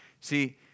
See